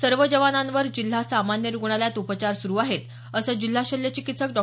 सर्व जवानांवर जिल्हा सामान्य रुग्णालयात उपचार सुरु आहेत असं जिल्हा शल्यचिकित्सक डॉ